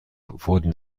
wurden